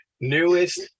newest